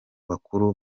bakuru